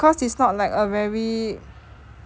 because it's not like a very